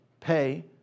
pay